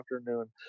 afternoon